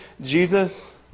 Jesus